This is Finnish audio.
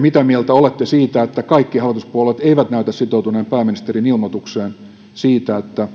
mitä mieltä olette siitä että kaikki hallituspuolueet eivät näytä sitoutuneen pääministerin ilmoitukseen siitä että